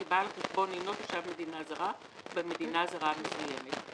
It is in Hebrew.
כי בעל החשבון אינו תושב מדינה זרה במדינה הזרה המסוימת;